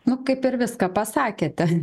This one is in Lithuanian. nu kaip ir viską pasakėte